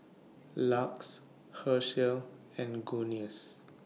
LUX Herschel and Guinness